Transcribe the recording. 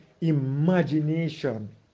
imagination